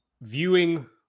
viewing